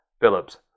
Phillips